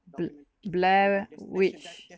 bl~ blair witch